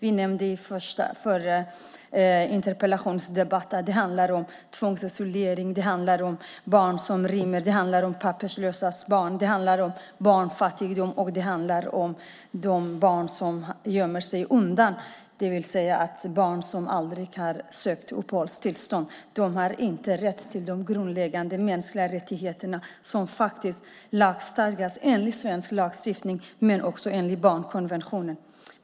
I den förra interpellationsdebatten nämnde vi att det handlar om tvångsisolering, barn som rymmer, papperslösas barn, barnfattigdom och de barn som gömmer sig undan, det vill säga barn som har aldrig har sökt uppehållstillstånd. De har inte rätt till de grundläggande mänskliga rättigheterna som lagstadgats i svensk lagstiftning och enligt barnkonventionen.